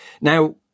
Now